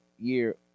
year